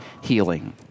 healing